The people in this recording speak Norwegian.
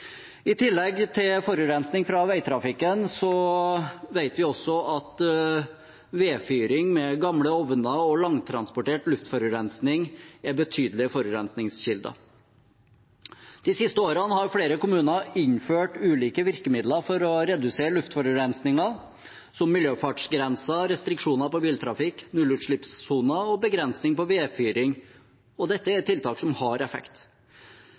tillegg til forurensning fra veitrafikken vet vi at også vedfyring med gamle ovner og langtransportert luftforurensning er betydelige forurensningskilder. De siste årene har flere kommuner innført ulike virkemidler for å redusere luftforurensningen, som miljøfartsgrenser, restriksjoner på biltrafikk, nullutslippssoner og begrensning på vedfyring. Dette er tiltak som har effekt.